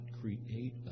create